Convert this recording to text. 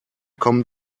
kommen